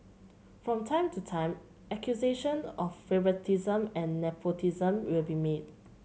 from time to time accusation of favouritism and nepotism will be made